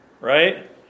right